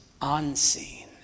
unseen